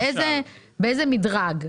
באיזה מדרג?